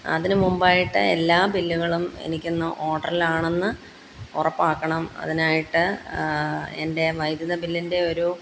അതിനുമുമ്പായിട്ട് എല്ലാ ബില്ലുകളും എനിക്കൊന്ന് ഓഡർലാണെന്ന് ഉറപ്പാക്കണം അതിനായിട്ട് എൻ്റെ വൈദ്യുതി ബില്ലിൻ്റെ ഒരു